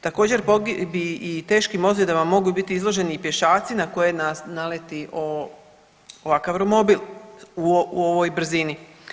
Također pogibiji i teškim ozljedama mogu biti izloženi i pješaci na koje naleti ovakav romobil u ovoj brzini.